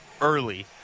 early